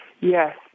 Yes